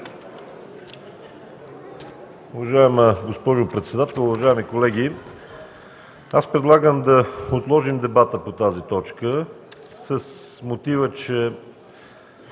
Уважаема госпожо председател, уважаеми колеги! Предлагам да отложим дебата по тази точка с мотив, че